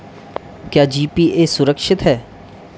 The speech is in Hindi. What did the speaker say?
क्या जी.पी.ए सुरक्षित है?